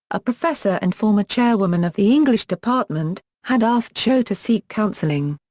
a professor and former chairwoman of the english department, had asked cho to seek counseling.